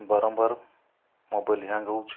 ବାରମ୍ବାର mobile hang ହେଉଛି